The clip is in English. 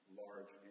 large